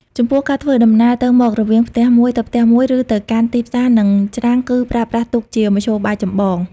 ចំពោះ ការធ្វើដំណើរទៅមករវាងផ្ទះមួយទៅផ្ទះមួយ ឬទៅកាន់ទីផ្សារនិងច្រាំងគឺប្រើប្រាស់ទូកជាមធ្យោបាយចម្បង។